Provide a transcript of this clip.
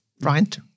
right